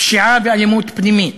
פשיעה ואלימות פנימית,